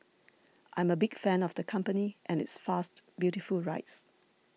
I am a big fan of the company and its fast beautiful rides